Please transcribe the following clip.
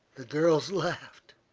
the girls laughed.